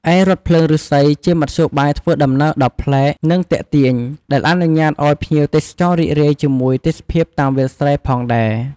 ឯរថភ្លើងឫស្សី ជាមធ្យោបាយធ្វើដំណើរដ៏ប្លែក និងទាក់ទាញ ដែលអនុញ្ញាតឲ្យភ្ញៀវទេសចររីករាយជាមួយទេសភាពតាមវាលស្រែផងដែរ។